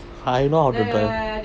I know how to drive